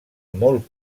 molt